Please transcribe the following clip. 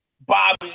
Bobby